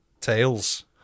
Tails